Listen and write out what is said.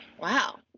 wow